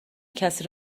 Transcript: کسی